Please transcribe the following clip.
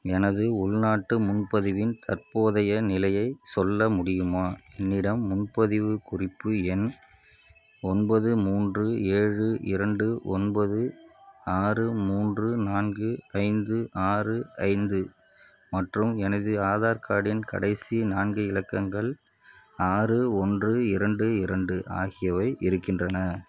எனது உள்நாட்டு முன்பதிவின் தற்போதைய நிலையை சொல்ல முடியுமா என்னிடம் முன்பதிவு குறிப்பு எண் ஒன்பது மூன்று ஏழு இரண்டு ஒன்பது ஆறு மூன்று நான்கு ஐந்து ஆறு ஐந்து மற்றும் எனது ஆதார் கார்டின் கடைசி நான்கு இலக்கங்கள் ஆறு ஒன்று இரண்டு இரண்டு ஆகியவை இருக்கின்றன